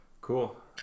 Cool